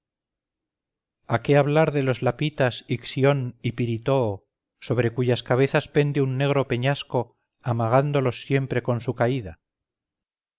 qué hablar de los lapitas ixión y pirítoo sobre cuyas cabezas pende un negro peñasco amagándolos siempre con su caída